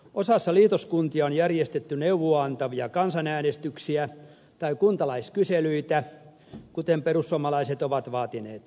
osassa liitoskuntia on järjestetty neuvoa antavia kansanäänestyksiä tai kuntalaiskyselyitä kuten perussuomalaiset ovat vaatineet